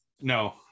No